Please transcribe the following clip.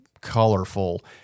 colorful